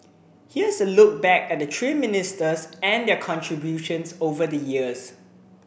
here's a look back at the three ministers and their contributions over the years